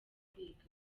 kwiga